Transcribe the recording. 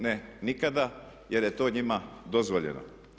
Ne, nikada jer je to njima dozvoljeno.